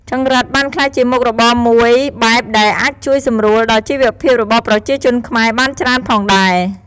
ចង្រិតបានក្លាយជាមុខរបរមួយបែបដែលអាចជួយសម្រួលដល់ជីវភាពរបស់ប្រជាជនខ្មែរបានច្រើនផងដែរ។